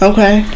Okay